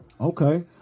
Okay